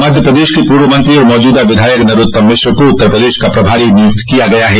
मध्य प्रदेश के पूर्व मंत्री और मौजूदा विधायक नरोत्तम मिश्र को उत्तर प्रदेश का प्रभारी नियुक्त किया गया है